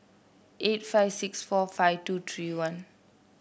eight five six four five two three one